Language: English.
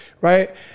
right